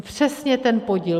Přesně ten podíl.